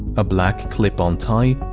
a black clip-on tie.